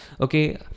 Okay